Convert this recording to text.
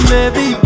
Baby